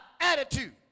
attitude